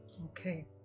okay